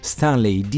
Stanley